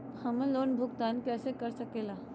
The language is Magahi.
हम्मर लोन भुगतान कैसे कर सके ला?